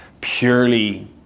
purely